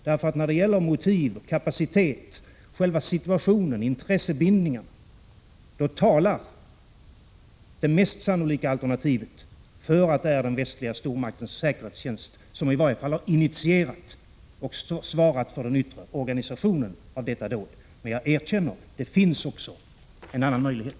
Såväl när det gäller motiv och kapacitet som själva situationen och intressebindningarna talar nämligen allt för att det mest sannolika alternativet är att det är en västlig stormakts säkerhetstjänst, som i varje fall har initierat och svarat för den yttre organisationen av detta dåd. Men jag erkänner att det också finns en annan möjlighet.